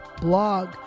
blog